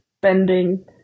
bending